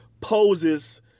poses